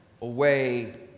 away